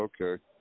Okay